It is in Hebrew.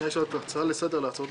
יש הצעות לסדר.